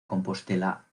compostela